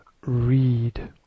read